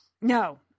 No